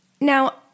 Now